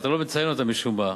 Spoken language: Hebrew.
ואתה לא מציין אותה משום מה,